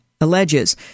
alleges